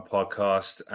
Podcast